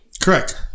Correct